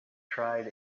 tried